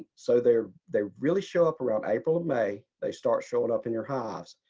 so there they really show up around april and may they start showing up in your hives.